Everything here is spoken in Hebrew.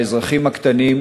באזרחים הקטנים,